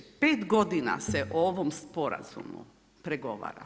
5 godina se o ovom sporazumu pregovora.